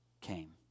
came